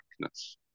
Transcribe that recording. darkness